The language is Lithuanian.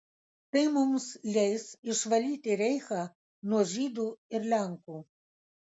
tai mums leis išvalyti reichą nuo žydų ir lenkų